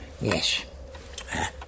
Yes